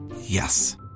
Yes